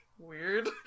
Weird